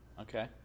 Okay